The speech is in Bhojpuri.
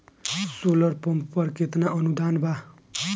सोलर पंप पर केतना अनुदान बा?